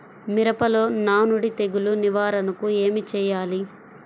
మిరపలో నానుడి తెగులు నివారణకు ఏమి చేయాలి?